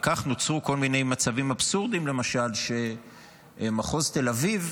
וכך נוצרו כל מיני מצבים אבסורדיים למשל שמחוז תל אביב